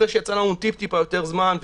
אחרי שהיה לנו טיפ טיפה יותר זמן,